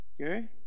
okay